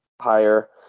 higher